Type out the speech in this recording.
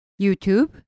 YouTube